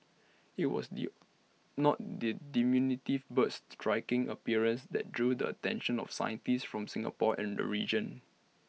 IT was the not the diminutive bird's striking appearance that drew the attention of scientists from Singapore and region